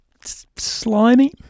Slimy